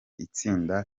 itsinda